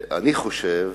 אני חושב